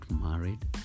married